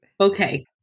okay